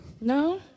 no